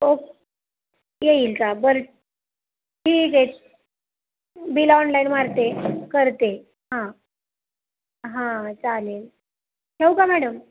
okay येईल का बरं ठीके बिल ऑनलाईन मारते करते हां हां चालेल ठेऊ का मॅडम